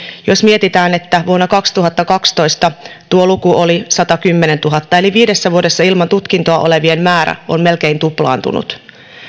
jos mietitään että vuonna kaksituhattakaksitoista tuo luku oli satakymmentätuhatta eli viidessä vuodessa ilman tutkintoa olevien määrä on melkein tuplaantunut